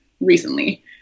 recently